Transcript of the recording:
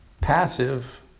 passive